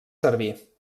servir